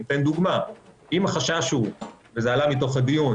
אתן דוגמה: אם החשש הוא וזה עלה מתוך הדיון